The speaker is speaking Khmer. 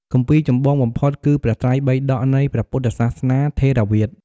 គម្ពីរចម្បងបំផុតគឺព្រះត្រៃបិដកនៃព្រះពុទ្ធសាសនាថេរវាទ។